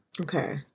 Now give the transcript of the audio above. Okay